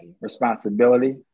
responsibility